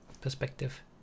perspective